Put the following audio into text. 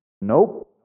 Nope